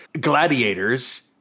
Gladiators